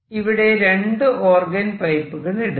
ഇവിടെ രണ്ടു ഓർഗൻ പൈപ്പുകൾ എടുക്കാം